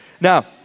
Now